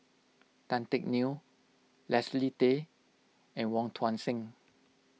Tan Teck Neo Leslie Tay and Wong Tuang Seng